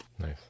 nice